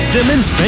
Simmons